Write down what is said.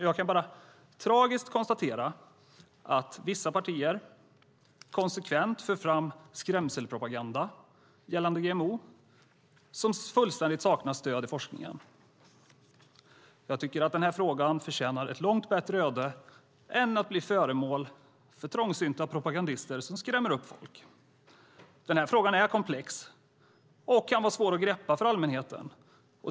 Jag kan bara tragiskt konstatera att vissa partier konsekvent för fram en skrämselpropaganda gällande GMO som fullständigt saknar stöd i forskningen. Jag tycker att frågan förtjänar ett långt bättre öde än att bli föremål för trångsynta propagandister som skrämmer upp folk. Frågan är komplex och kan vara svår att greppa för allmänheten.